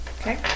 Okay